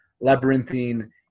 labyrinthine